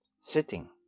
sitting